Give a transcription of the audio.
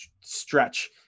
stretch